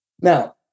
now